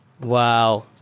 Wow